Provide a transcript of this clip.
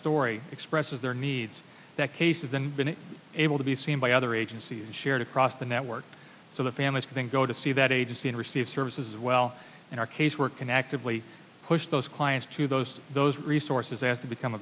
story expresses their needs that cases and been able to be seen by other agencies shared across the network so the families think go to see that agency and receive services as well in our case work and actively push those clients to those those resources as they become